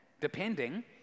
depending